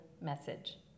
message